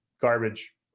garbage